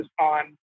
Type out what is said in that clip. on